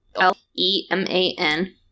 L-E-M-A-N